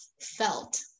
felt